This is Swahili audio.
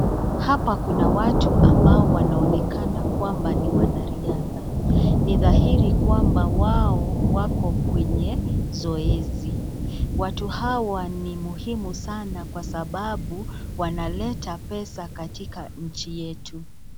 Hapa kuna watu ambao wanaonekana kwamba ni wanariadha. Ni dhahiri kwamba wao wako kwenye zoezi. Watu hawa ni muhimu sana kwa sababu wanaleta pesa katika nchi yetu.